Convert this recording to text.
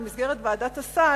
במסגרת ועדת הסל,